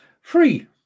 free